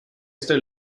estoy